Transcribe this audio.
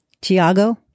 tiago